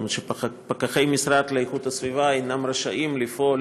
זאת אומרת שפקחי המשרד לאיכות הסביבה אינם רשאים לפעול